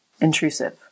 intrusive